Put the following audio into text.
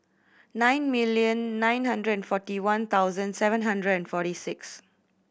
nine million nine hundred and forty one thousand seven hundred and forty six